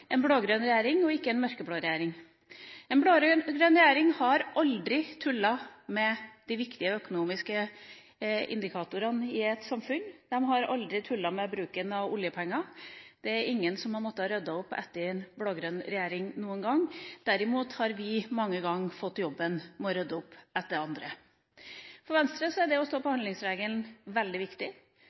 en blå-grønn regjering og ikke en mørkeblå regjering. En blå-grønn regjering har aldri tulla med de viktige økonomiske indikatorene i et samfunn, de har aldri tulla med bruken av oljepenger, det er ingen som har måttet rydde opp etter en blå-grønn regjering noen gang. Derimot har vi mange ganger fått jobben med å rydde opp etter andre. For Venstre er det å stå på handlingsregelen veldig viktig.